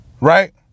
Right